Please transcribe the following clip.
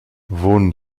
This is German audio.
wohnen